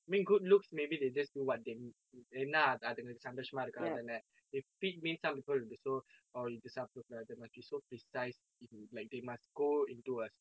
I mean good looks maybe they just do what they என்ன அதுகளுக்கு சந்தோசமா இருக்க தானே:enna athukalukku santhosamaa irukka thane if fit means some people will be so oh இது சாப்பிடக்கூடாது:ithu sappidakkudaathu must be so precise in like they must go into a